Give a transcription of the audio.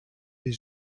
les